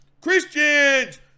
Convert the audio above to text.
Christians